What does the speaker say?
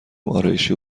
آرایشی